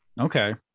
Okay